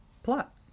Plot